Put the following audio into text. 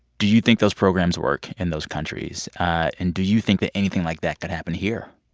do you think those programs work in those countries? and do you think that anything like that could happen here?